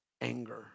anger